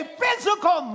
physical